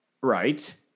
Right